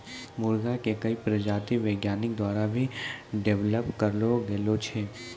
मुर्गा के कई प्रजाति वैज्ञानिक द्वारा भी डेवलप करलो गेलो छै